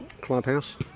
clubhouse